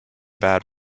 bad